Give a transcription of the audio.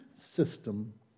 system